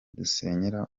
dusenyera